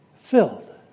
filled